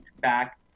back